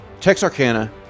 Texarkana